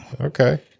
Okay